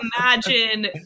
imagine